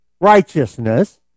righteousness